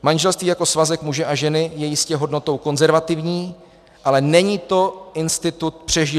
Manželství jako svazek muže a ženy je jistě hodnotou konzervativní, ale není to institut přežilý.